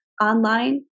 online